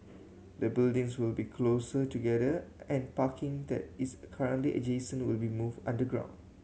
the buildings will be closer together and parking that is currently adjacent will be moved underground